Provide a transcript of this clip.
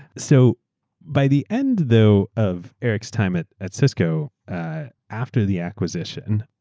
so by the end, though, of ericaeurs time at at cisco after the acquisition,